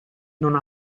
non